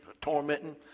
tormenting